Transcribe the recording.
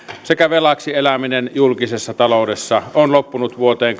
sekä velaksi eläminen julkisessa taloudessa on loppunut vuoteen